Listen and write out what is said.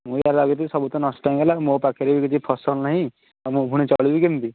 ମୁଁ ଯାହା ଲଗେଇଥିଲି ସବୁ ତ ନଷ୍ଟ ହେଇଗଲା ମୋ ପାଖରେ ବି କିଛି ଫସଲ ନାହିଁ ଆଉ ମୁଁ ପୁଣି ଚଳିବି କେମିତି